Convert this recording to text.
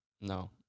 No